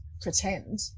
pretend